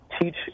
teach